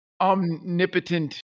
omnipotent